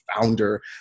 founder